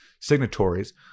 signatories